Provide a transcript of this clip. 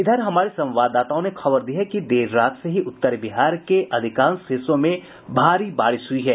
इधर हमारे संवाददाताओं ने खबर दी है कि देर रात से ही उत्तर बिहार के अधिकांश हिस्सों में भारी बारिश हुई है